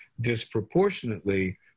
disproportionately